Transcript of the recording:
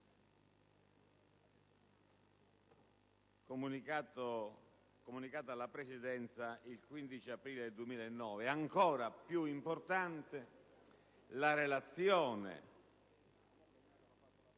comunicata alla Presidenza il 15 aprile 2009 e, ancora più importante, la relazione